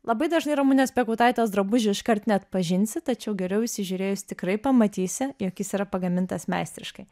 labai dažnai ramunės piekautaitės drabužių iškart neatpažinsi tačiau geriau įsižiūrėjus tikrai pamatysi jog jis yra pagamintas meistriškai